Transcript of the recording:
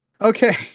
okay